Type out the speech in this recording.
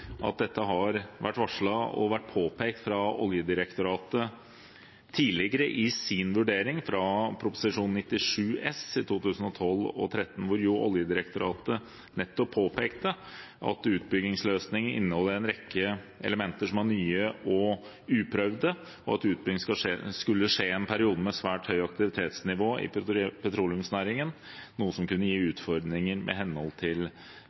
at dette har vært varslet og vært påpekt av Oljedirektoratet tidligere i deres vurdering i Prop. 97 S for 2012‒2013, hvor Oljedirektoratet nettopp påpekte at utbyggingsløsningen inneholdt en rekke elementer som var nye og uprøvde, og at utbyggingen skulle skje i en periode med svært høyt aktivitetsnivå i petroleumsnæringen, noe som kunne gi utfordringer med hensyn til